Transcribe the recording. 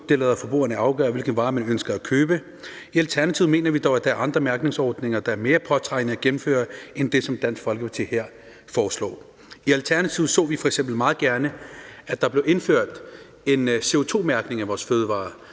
de lader forbrugerne afgøre, hvilke varer de ønsker at købe. I Alternativet mener vi dog, at der er andre mærkningsordninger, der er mere påtrængende at gennemføre end den, som Dansk Folkeparti her foreslår. I Alternativet så vi f.eks. meget gerne, at der blev indført en CO2-mærkning af vores fødevarer,